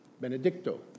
Benedicto